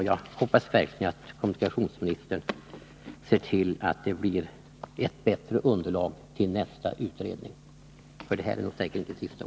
Jag hoppas verkligen att kommunikationsministern ser till att nästa utredning får ett bättre underlag, för det är säkert inte sista gången man utreder detta.